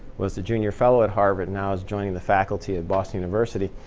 was the junior fellow at harvard, now is joining the faculty at boston university.